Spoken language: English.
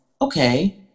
okay